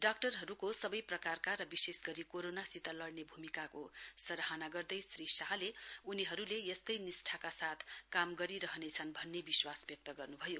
डाक्टरहरूको सबै प्रकारका र विशेष गरी कोरोनासित लड़ने भूमिकाको प्रशंसा गर्दै श्री शाहले उनीहरूले यस्तै निष्ठाकासाथ काम गरिरहनेछन् भन्ने विश्वास व्यक्त गर्नुभयो